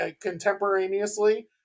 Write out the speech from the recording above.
contemporaneously